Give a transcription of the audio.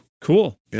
cool